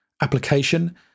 application